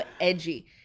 edgy